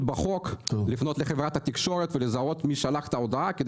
בחוק לפנות לחברת התקשורת ולזהות מי שלח את ההודעה.